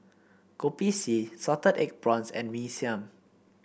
Kopi C Salted Egg Prawns and Mee Siam